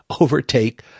overtake